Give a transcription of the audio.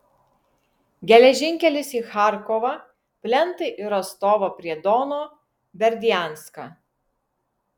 geležinkelis į charkovą plentai į rostovą prie dono berdianską